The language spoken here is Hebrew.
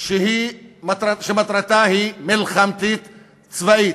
שמטרתה מלחמתית-צבאית,